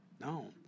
no